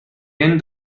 end